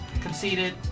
Conceited